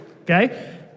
okay